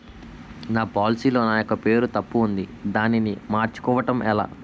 నా పోలసీ లో నా యెక్క పేరు తప్పు ఉంది దానిని మార్చు కోవటం ఎలా?